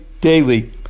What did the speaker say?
daily